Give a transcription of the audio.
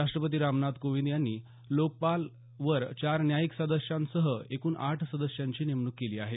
राष्ट्रपती रामनाथ कोविंद यांनी लोकपाल वर चार न्यायिक सदस्यांसह एकूण आठ सदस्याची नेमणूक केली आहे